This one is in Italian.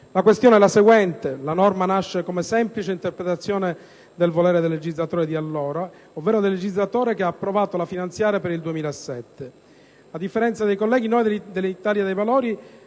*media*, a pettine. La norma nasce come semplice interpretazione del volere del legislatore di allora, ovvero del legislatore che ha approvato la finanziaria per il 2007. A differenza dei colleghi dell'attuale